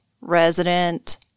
resident